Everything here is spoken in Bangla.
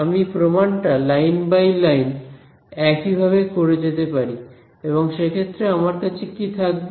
আমি প্রমাণটা লাইন বাই লাইন একইভাবে করে যেতে পারি এবং সে ক্ষেত্রে আমার কাছে কি থাকবে